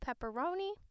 pepperoni